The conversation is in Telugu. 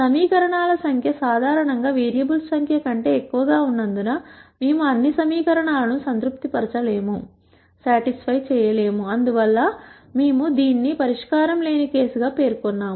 సమీకరణాల సంఖ్య సాధారణంగా వేరియబుల్స్ సంఖ్య కంటే ఎక్కువగా ఉన్నందున మేము అన్ని సమీకరణాలను సంతృప్తిపరచలేము అందువల్ల మేము దీనిని పరిష్కారం లేని కేసు గా పేర్కొన్నాము